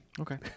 Okay